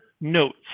notes